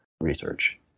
research